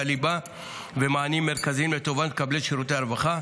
הליבה והמענים המרכזיים לטובת מקבלי שירותי הרווחה.